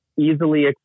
easily